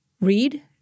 read